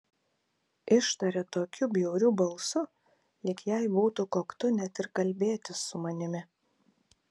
ištarė tokiu bjauriu balsu lyg jai būtų koktu net ir kalbėtis su manimi